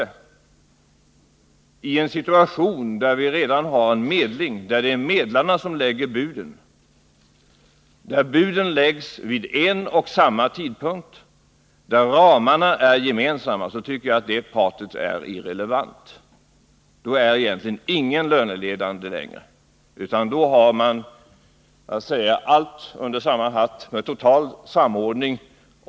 Men när det föreligger en situation där vi redan har en medling, där det alltså är medlarna som lägger buden, där buden läggs vid en och samma tidpunkt och där ramarna är gemensamma, då tycker jag det pratet är irrelevant. I en sådan situation är ingen löneledande längre, utan då har man en total samordning.